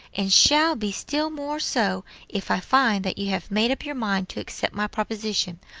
and shall be still more so if i find that you have made up your mind to accept my proposition.